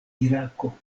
irako